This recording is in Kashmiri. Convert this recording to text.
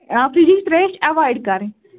آ فرجچ تریٚش ایوایڈ کَرٕنۍ